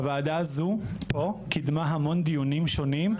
הוועדה הזו קידמה המון דיונים שונים,